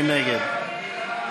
מי נגד?